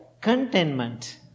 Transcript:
Contentment